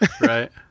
right